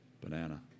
banana